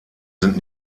sind